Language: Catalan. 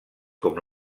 com